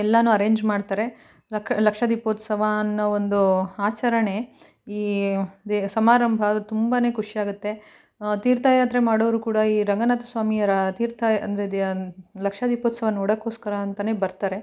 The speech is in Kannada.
ಎಲ್ಲ ಅರೇಂಜ್ ಮಾಡ್ತಾರೆ ಲಕ್ಷ ದೀಪೋತ್ಸವ ಅನ್ನೋ ಒಂದು ಆಚರಣೆ ಈ ದಿ ಸಮಾರಂಭ ತುಂಬಾ ಖುಷಿ ಆಗುತ್ತೆ ತೀರ್ಥ ಯಾತ್ರೆ ಮಾಡೋರು ಕೂಡ ಈ ರಂಗನಾಥ ಸ್ವಾಮಿಯವರ ತೀರ್ಥ ಅಂದರೆ ದೇ ಲಕ್ಷ ದೀಪೋತ್ಸವ ನೋಡೋಕ್ಕೋಸ್ಕರ ಅಂತಾನೇ ಬರ್ತಾರೆ